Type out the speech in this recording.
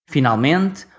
Finalmente